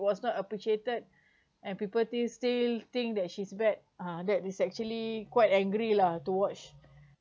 was not appreciated and people they still think that she's bad ah that is actually quite angry lah to watch